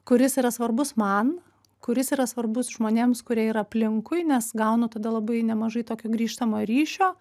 kuris yra svarbus man kuris yra svarbus žmonėms kurie yra aplinkui nes gaunu tada labai nemažai tokio grįžtamojo ryšio